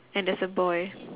and there's a boy